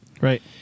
Right